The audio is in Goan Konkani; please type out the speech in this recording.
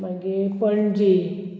मागीर पणजे